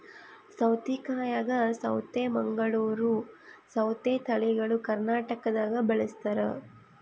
ಸೌತೆಕಾಯಾಗ ಸೌತೆ ಮಂಗಳೂರ್ ಸೌತೆ ತಳಿಗಳು ಕರ್ನಾಟಕದಾಗ ಬಳಸ್ತಾರ